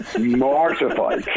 mortified